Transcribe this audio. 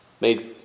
made